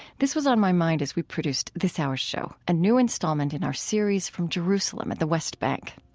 this was on my mind as we produced this hour's show, a new installment in our series from jerusalem at the west bank.